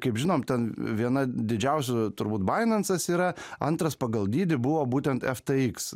kaip žinom ten viena didžiausių turbūt bainansas yra antras pagal dydį buvo būtent ftx